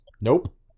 Nope